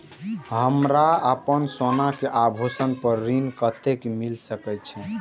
हमरा अपन सोना के आभूषण पर ऋण कते मिल सके छे?